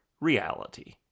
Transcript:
reality